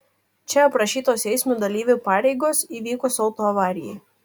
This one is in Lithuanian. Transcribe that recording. čia aprašytos eismo dalyvių pareigos įvykus autoavarijai